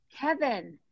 Kevin